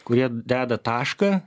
kurie deda tašką